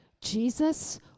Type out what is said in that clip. Jesus